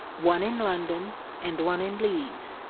one in london and one in leeds.